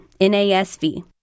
NASV